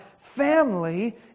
family